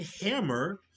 hammer